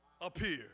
appear